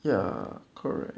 ya correct